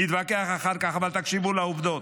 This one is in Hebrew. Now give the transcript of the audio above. נתווכח אחר כך, אבל תקשיבו לעובדות,